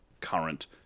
current